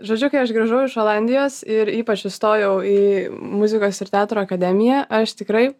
žodžiu kai aš grįžau iš olandijos ir ypač įstojau į muzikos ir teatro akademiją aš tikrai